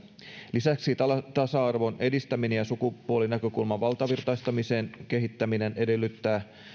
lisäksi tasa arvon edistäminen ja sukupuolinäkökulman valtavirtaistamisen kehittäminen edellyttää